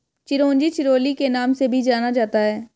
चिरोंजी चिरोली के नाम से भी जाना जाता है